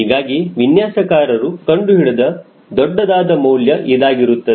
ಹೀಗಾಗಿ ವಿನ್ಯಾಸಕಾರರು ಕಂಡುಹಿಡಿದ ದೊಡ್ಡದಾದ ಮೌಲ್ಯ ಇದಾಗಿರುತ್ತದೆ